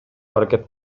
аракет